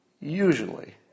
usually